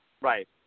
Right